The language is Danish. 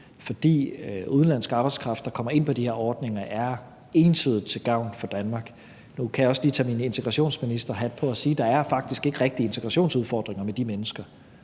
fordi udenlandsk arbejdskraft, der kommer ind på de her ordninger, entydigt er til gavn for Danmark. Nu kan jeg også lige tage min integrationsministerhat på og sige, at der faktisk ikke rigtig er integrationsudfordringer med de mennesker.